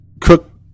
cook